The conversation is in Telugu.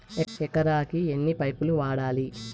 ఎకరాకి ఎన్ని పైపులు వాడాలి?